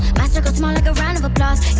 my circle small like a round of applause